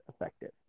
effective